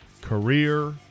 career